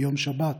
ביום שבת,